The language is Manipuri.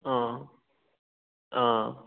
ꯑꯥ ꯑꯥ